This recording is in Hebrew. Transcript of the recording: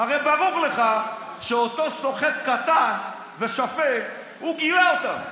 הרי ברור לך שאותו סוחט קטן ושפל, הוא גילה אותם.